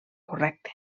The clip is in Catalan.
correcte